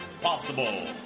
possible